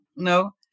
No